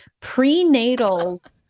prenatals